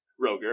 Roger